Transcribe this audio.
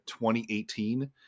2018